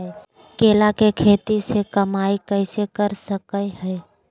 केले के खेती से कमाई कैसे कर सकय हयय?